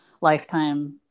lifetime